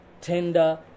tender